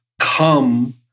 come